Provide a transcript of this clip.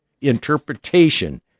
Interpretation